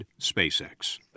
SpaceX